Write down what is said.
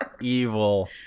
evil